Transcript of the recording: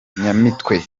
nyamitwe